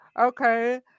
okay